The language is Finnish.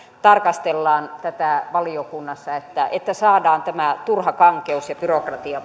tarkastellaan tätä valiokunnassa että että saadaan turha kankeus ja byrokratia